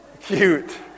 Cute